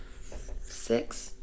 Six